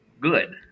good